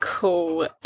cool